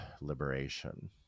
liberation